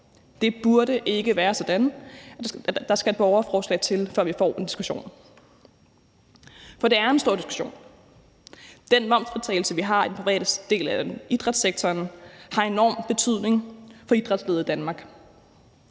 Det burde ikke være sådan, at der skal et borgerforslag til, før vi får en diskussion. For det er en stor diskussion. Den momsfritagelse, vi har i den private del af idrætssektoren, har enorm betydning for idrætslivet i Danmark.